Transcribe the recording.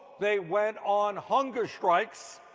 they went on hunger strikes.